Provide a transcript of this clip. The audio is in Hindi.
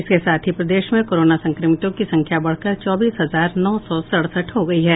इसके साथ ही प्रदेश में कोरोना संक्रमितों की संख्या बढ़कर चौबीस हजार नौ सौ सड़सठ हो गयी है